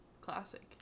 classic